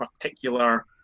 particular